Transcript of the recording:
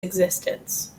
existence